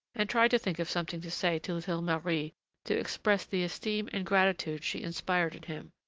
and tried to think of something to say to little marie to express the esteem and gratitude she inspired in him,